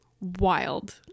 Wild